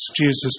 Jesus